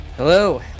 Hello